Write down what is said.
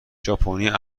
ژاپنیا